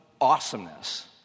awesomeness